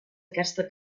aquesta